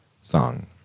song